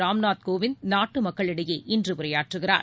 ராம்நாத் கோவிந்த் நாட்டு மக்களிடையே இன்று உரையாற்றுகிறார்